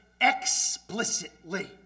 explicitly